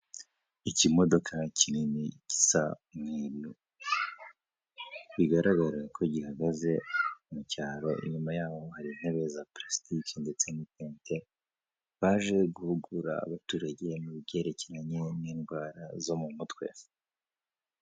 Ikimodoka kinini gisa umweru, bigaragara ko gihagaze mu cyaro, inyuma yaho hari intebe za pulasitike ndetse n'itente, baje guhugura abaturage mu byerekeranye n'indwara zo mu mutwe.